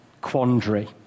quandary